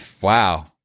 wow